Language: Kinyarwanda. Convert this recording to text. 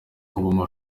kubamo